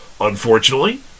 unfortunately